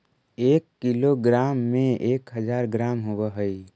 एक किलोग्राम में एक हज़ार ग्राम होव हई